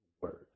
word